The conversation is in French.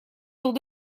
jours